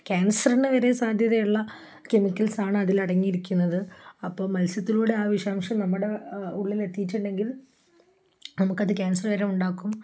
ക്യാൻസറിന് വരെ സാധ്യതയുള്ള കെമിക്കൽസ് ആണ് അതില് അടങ്ങിയിരിക്കുന്നത് അപ്പോള് മത്സ്യത്തിലൂടെ ആ വിഷാംശം നമ്മുടെയുള്ളില് എത്തിയിട്ടുണ്ടെങ്കിൽ നമുക്കത് ക്യാൻസർ വരെയുണ്ടാക്കും